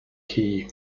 key